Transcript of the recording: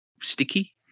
sticky